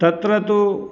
तत्र तु